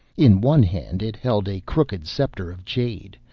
in one hand it held a crooked sceptre of jade,